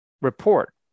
report